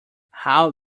how